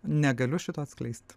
negaliu šito atskleisti